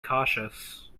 cautious